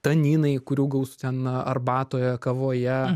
taninai kurių gausu ten arbatoje kavoje